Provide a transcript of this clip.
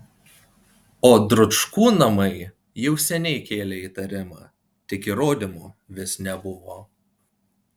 o dručkų namai jau seniai kėlė įtarimą tik įrodymų vis nebuvo